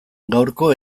gaurko